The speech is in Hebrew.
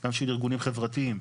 גם של ארגונים חברתיים.